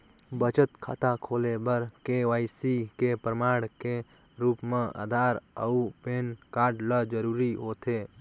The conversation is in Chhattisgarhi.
बचत खाता खोले बर के.वाइ.सी के प्रमाण के रूप म आधार अऊ पैन कार्ड ल जरूरी होथे